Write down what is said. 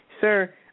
sir